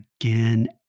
Again